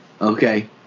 okay